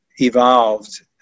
evolved